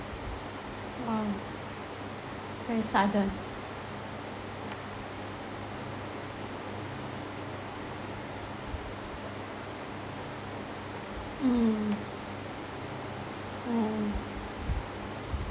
!wow! very sudden mm mm